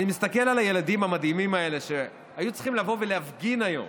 אני מסתכל על הילדים המדהימים האלה שהיו צריכים לבוא ולהפגין היום.